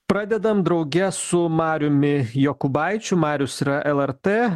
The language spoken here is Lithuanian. pradedam drauge su mariumi jokūbaičiu marius yra lrt